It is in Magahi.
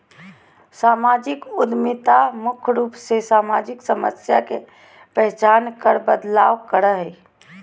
सामाजिक उद्यमिता मुख्य रूप से सामाजिक समस्या के पहचान कर बदलाव करो हय